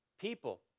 people